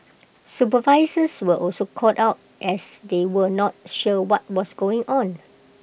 supervisors were also caught out as they were not sure what was going on